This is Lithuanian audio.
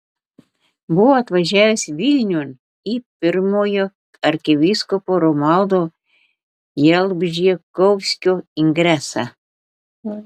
buvo atvažiavęs vilniun į pirmojo arkivyskupo romualdo jalbžykovskio ingresą